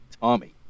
Tommy